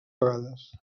vegades